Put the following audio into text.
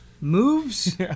moves